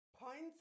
points